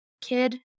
kid